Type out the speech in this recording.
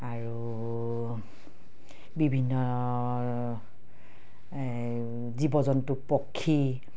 আৰু বিভিন্ন এই জীৱ জন্তু পক্ষী